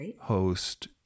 host